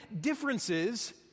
differences